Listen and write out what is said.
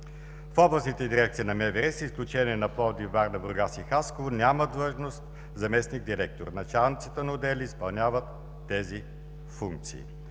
В областните дирекции на МВР, изключение на Пловдив, Варна, Бургас и Хасково, няма длъжност „заместник-директор“. Началниците на отдели изпълняват тези функции.